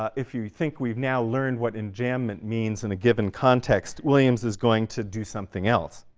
ah if you think we've now learned what enjambment means in a given context, williams is going to do something else.